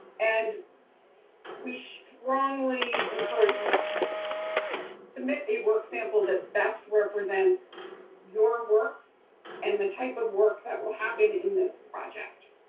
and we strongly encourage you to submit a work sample that best represents your work and the type of work that will happen in this project.